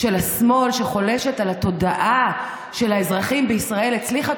של השמאל שחולשת על התודעה של האזרחים בישראל הצליחה